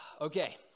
Okay